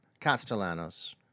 Castellanos